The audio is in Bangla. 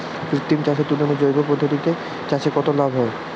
কৃত্রিম চাষের তুলনায় জৈব পদ্ধতিতে চাষে কত লাভ হয়?